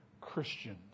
Christians